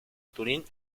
turín